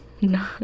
No